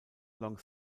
long